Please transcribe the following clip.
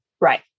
Right